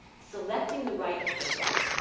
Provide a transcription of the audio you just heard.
selecting the right person,